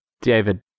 David